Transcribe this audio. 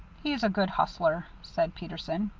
he's a good hustler, said peterson.